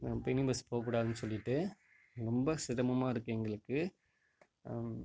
mini bus போகக்கூடாதுனு சொல்லிட்டு ரொம்ப சிரமமாக இருக்குது எங்களுக்கு